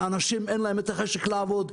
לאנשים אין חשק לעבוד.